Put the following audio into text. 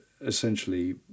essentially